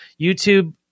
YouTube